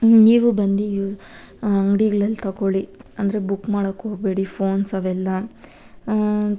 ನೀವು ಬಂದು ಯು ಅಂಗ್ಡಿಗಳಲ್ಲಿ ತೊಕೊಳ್ಳಿ ಅಂದರೆ ಬುಕ್ ಮಾಡಕ್ಕೋಗ್ಬೇಡಿ ಫೋನ್ಸ್ ಅವೆಲ್ಲ